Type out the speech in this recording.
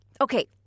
Okay